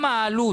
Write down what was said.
מה העלות